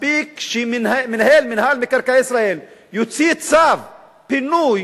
מספיק שמנהל מינהל מקרקעי ישראל יוציא צו פינוי